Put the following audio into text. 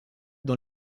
dans